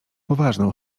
poważną